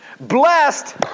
Blessed